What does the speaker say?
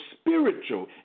spiritual